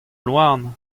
louarn